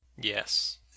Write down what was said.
Yes